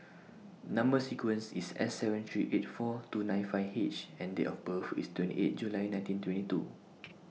Number sequence IS S seven three eight four two nine five H and Date of birth IS twenty eight July nineteen twenty two